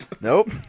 Nope